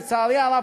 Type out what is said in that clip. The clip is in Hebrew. לצערי הרב,